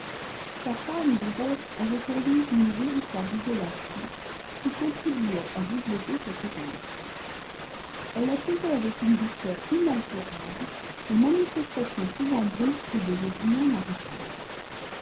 sa femme du reste avait pour lui une véritable idolâtrie qui contribuait à développer cette tendance elle accueillait avec une douceur inaltérable les manifestations souvent brusques des opinions maritales